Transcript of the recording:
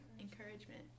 Encouragement